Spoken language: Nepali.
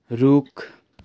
रुख